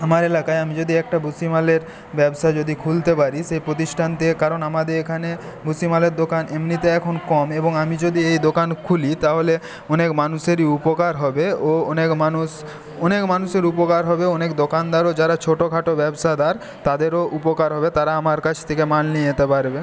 আমার এলাকায় আমি যদি একটা ভুসিমালের ব্যবসা যদি খুলতে পারি সেই প্রতিষ্ঠান দিয়ে কারণ আমাদের এখানে ভুসিমালের দোকান এমনিতে এখন কম এবং আমি যদি এই দোকান খুলি তাহলে অনেক মানুষেরই উপকার হবে ও অনেক মানুষ অনেক মানুষের উপকার হবে অনেক দোকানদারও যারা ছোটো খাটো ব্যবসাদার তাদেরও উপকার হবে তারা আমার কাছ থেকে মাল নিয়ে যেতে পারবে